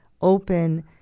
open